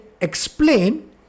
explain